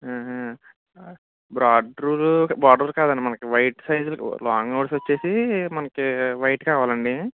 broad rule borders కాదు అండి మనకి వైట్ సైజులు లాంగ్ నోట్స్ వచ్చేసి మనకి వైట్ కావాలి అండి